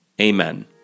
Amen